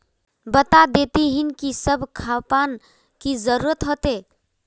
बता देतहिन की सब खापान की जरूरत होते?